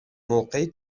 موقعی